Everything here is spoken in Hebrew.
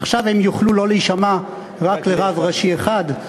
עכשיו הם יוכלו לא להישמע רק לרב ראשי אחד,